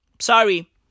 Sorry